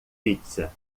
pizza